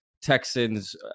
Texans